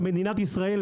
במדינת ישראל,